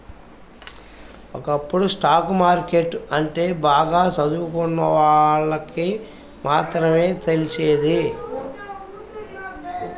ఒకప్పుడు stock market అంటే బాగా చదువుకున్నోళ్ళకి మాత్రమే తెలిసేది